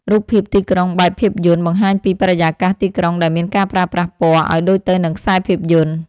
រូបភាពទីក្រុងបែបភាពយន្ត បង្ហាញពីបរិយាកាសទីក្រុងដែលមានការប្រើប្រាស់ពណ៌ ឱ្យដូចទៅនឹងខ្សែភាពយន្ត។